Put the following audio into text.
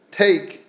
take